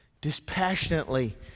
Dispassionately